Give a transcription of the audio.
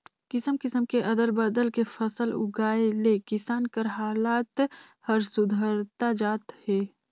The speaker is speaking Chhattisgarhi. किसम किसम के अदल बदल के फसल उगाए ले किसान कर हालात हर सुधरता जात हे